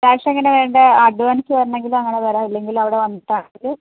cash എങ്ങനെയാണ് വേണ്ടത് advance വേണമെങ്കിൽ അങ്ങനെ തരാം ഇല്ലെങ്കിൽ അവിടെ വന്നിട്ട് ആണെങ്കിൽ